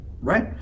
Right